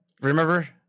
Remember